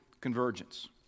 convergence